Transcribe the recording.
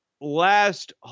last